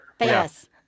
Yes